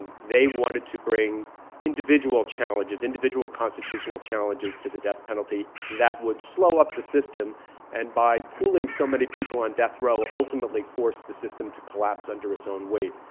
they wanted to bring individual challenges, individual constitutional challenges to the death penalty that would slow up the system and, by pooling so many people on death row, ultimately force the system to collapse under its own weight.